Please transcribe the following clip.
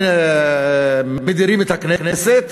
פעם מדירים את הכנסת